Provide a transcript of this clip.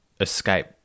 escape